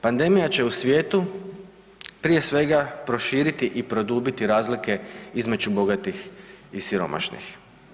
Pandemija će u svijetu prije svega proširiti i produbiti razlike između bogatih i siromašnih.